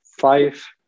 five